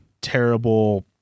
terrible